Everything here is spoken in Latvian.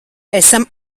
esam